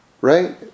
right